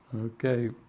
Okay